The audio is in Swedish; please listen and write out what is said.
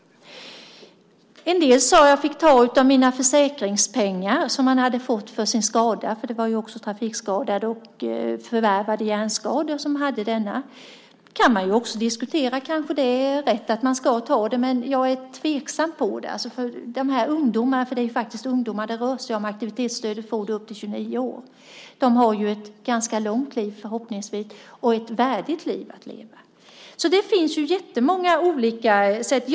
En del sade att de fick ta av de försäkringspengar de hade fått för sin skada - för det fanns också personer som var trafikskadade eller med förvärvade hjärnskador där. Kanske det är rätt - det får man diskutera - men jag är tveksam till det. Aktivitetsstöd får man upp till 29 år, och de flesta av de unga människor detta gäller har förhoppningsvis ett långt och värdigt liv att leva. Det finns många olika lösningar.